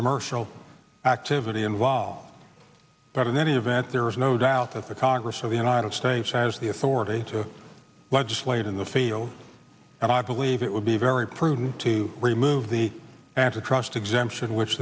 commercial activity involved but in any event there is no doubt that the congress of the united states has the authority to legislate in the field and i believe it would be very prudent to remove the antitrust exemption which